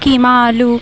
قیمہ آلو